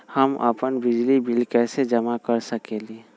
हम अपन बिजली बिल कैसे जमा कर सकेली?